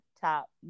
top